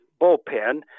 bullpen